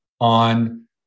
on